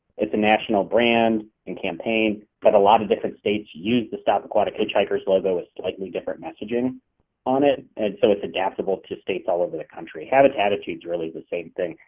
it's a national brand and campaign but a lot of different states use the stop aquatic hitchhikers logo with slightly different messaging on it, and so it's adaptable to states all over the country and habitattitudes really the same thing.